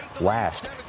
last